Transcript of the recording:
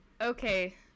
Okay